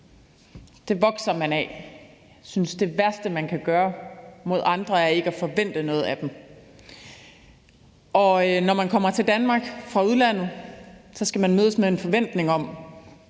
Jeg synes, at det værste, man kan gøre mod andre, er ikke at forvente noget af dem. Når man kommer til Danmark fra udlandet, skal man mødes med en forventning om,